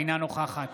אינה נוכחת